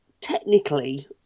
technically